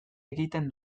egiten